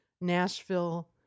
Nashville